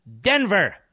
Denver